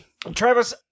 Travis